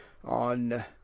On